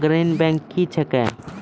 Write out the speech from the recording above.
अग्रणी बैंक क्या हैं?